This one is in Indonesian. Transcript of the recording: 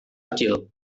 kecil